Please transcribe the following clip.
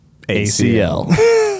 ACL